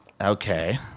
Okay